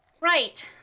right